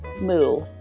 Moo